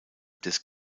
des